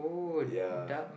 ya